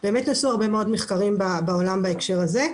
באמת נעשו הרבה מאוד מחקרים בעולם בהקשר הזה.